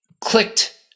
clicked